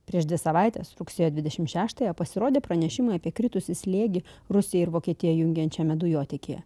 prieš dvi savaites rugsėjo dvidešimt šeštąją pasirodė pranešimai apie kritusį slėgį rusijai ir vokietiją jungiančiame dujotiekyje